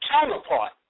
counterpart